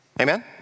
Amen